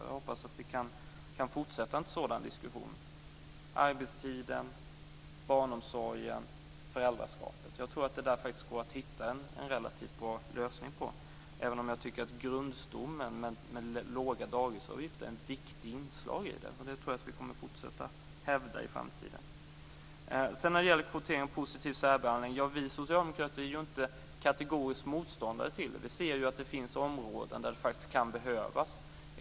Jag hoppas att vi kan fortsätta en sådan diskussion om arbetstiden, barnomsorgen och föräldraskapet. Jag tror att det går att hitta en relativt bra lösning på det. Jag tycker att grundstommen med låga dagisavgifter är ett viktigt inslag. Det tror jag att vi kommer att fortsätta hävda i framtiden. När det gäller kvotering och positiv särbehandling kan jag säga att vi socialdemokrater inte kategoriskt är motståndare. Vi ser att det finns områden där det faktiskt kan behövas.